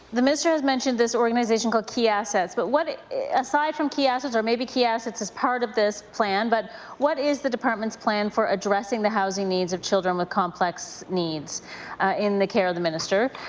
the minister has mentioned this organization called key assets. but assets. aside from key assets or maybe key assets is part of this plan. but what is the department's plan for addressing the housing needs of children with complex needs in the care of the minister?